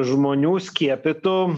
žmonių skiepytų